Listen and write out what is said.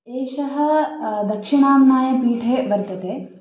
एषः दक्षिणाम्नायपीठे वर्तते